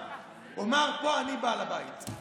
הוא אמר: פה אני בעל הבית,